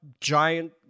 giant